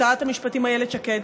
לשרת המשפטים איילת שקד,